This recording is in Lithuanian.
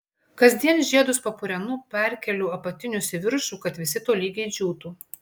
kasdien žiedus papurenu perkeliu apatinius į viršų kad visi tolygiai džiūtų